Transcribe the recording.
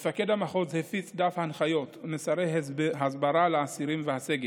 מפקד המחוז הפיץ דף הנחיות ומסרי הסברה לאסירים והסגל.